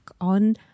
on